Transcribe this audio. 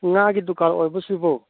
ꯉꯥꯒꯤ ꯗꯨꯀꯥꯟ ꯑꯣꯏꯔꯕꯣ ꯁꯤꯕꯣ